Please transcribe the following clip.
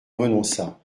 renonça